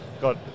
Got